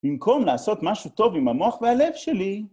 במקום לעשות משהו טוב עם המוח והלב שלי.